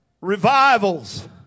Revivals